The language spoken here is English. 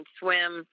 swim